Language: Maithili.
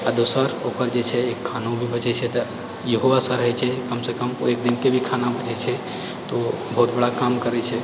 आ दोसर ओकर जेछै खानो भी बचै छै तऽ इएहो आशा रहै छै कमसँ कम ओहि दिनके भी खाना बचै छै तऽ ओ बहुत बड़ा काम करै छै